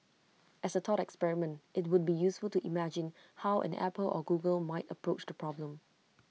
as A thought experiment IT would be useful to imagine how an Apple or Google might approach the problem